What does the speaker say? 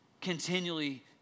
continually